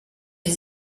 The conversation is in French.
les